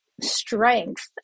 strength